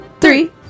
Three